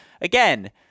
again